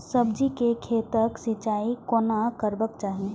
सब्जी के खेतक सिंचाई कोना करबाक चाहि?